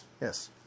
Yes